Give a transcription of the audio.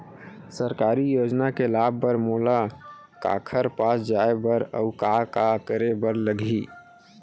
सरकारी योजना के लाभ बर मोला काखर पास जाए बर अऊ का का करे बर लागही?